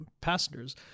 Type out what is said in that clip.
passengers